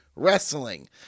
wrestling